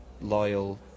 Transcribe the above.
loyal